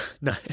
No